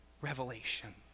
revelation